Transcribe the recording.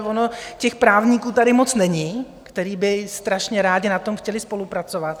Ono těch právníků tady moc není, kteří by strašně rádi na tom chtěli spolupracovat.